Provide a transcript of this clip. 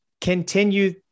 continue